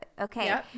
okay